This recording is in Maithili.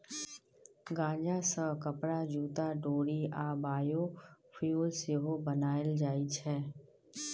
गांजा सँ कपरा, जुत्ता, डोरि आ बायोफ्युल सेहो बनाएल जाइ छै